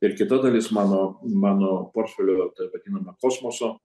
ir kita dalis mano mano portfelio taip vadinamo kosmoso